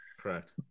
Correct